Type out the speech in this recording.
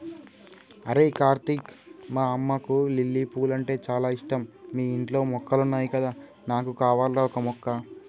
అరేయ్ కార్తీక్ మా అమ్మకు లిల్లీ పూలంటే చాల ఇష్టం మీ ఇంట్లో మొక్కలున్నాయి కదా నాకు కావాల్రా ఓక మొక్క